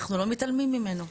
אנחנו לא מתעלמים ממנו.